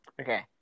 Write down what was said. Okay